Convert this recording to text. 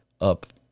up